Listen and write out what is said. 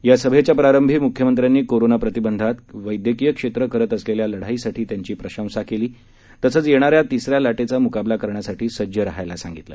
या सभेच्या प्रारंभी मुख्यमंत्र्यांनी कोरोना प्रतिबंधात वैद्यकीय क्षेत्र करीत असलेल्या लढाईसाठी त्यांची प्रशंसा केली तसंच येणाऱ्या तिसऱ्या लाटेचा मुकाबला करण्यासाठी सज्ज राहायला सांगितलं